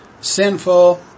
sinful